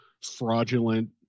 fraudulent